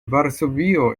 varsovio